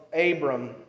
Abram